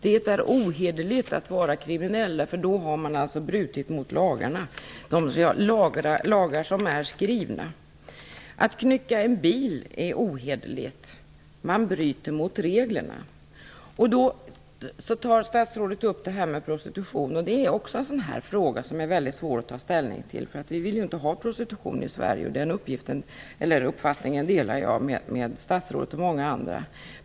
Det är ohederligt att vara kriminell, därför att då har man brutit mot lagarna, dvs. de lagar som är skrivna. Att stjäla en bil är ohederligt; man bryter mot reglerna. Statsrådet tar upp frågan om prostitution. Det är också en fråga som det är svårt att ta ställning till. Vi vill ju inte ha prostitution i Sverige - den uppfattningen delar jag med statsrådet och många andra.